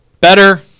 Better